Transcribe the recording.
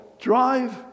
Drive